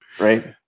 Right